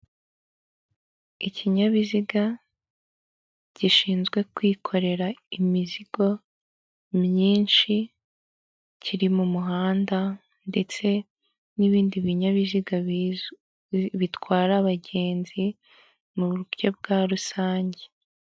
Ikinyabiziga gishinzwe kwikorera imizigo myinshi, kiri mu muhanda ndetse n'ibindi binyabiziga bitwara abagenzi mu buryo bwa rusange.